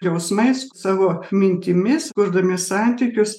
jausmais savo mintimis kurdami santykius